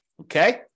Okay